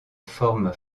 forme